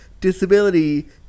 disability